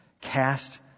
cast